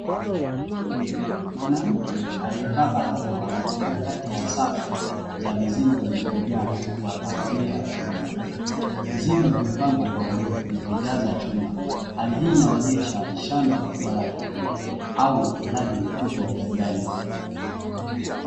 Mwanamke aliyevaa barakoa anatembea katika safu za mizinga Iliyojaa kuku wa kahawia wanakula, vizinga vimepangwa kwa urefu vinavyojaza chumba hali hii inaonyesha shamba kubwa la kuku au mradi mkubwa wa kuku.